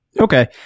Okay